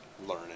learning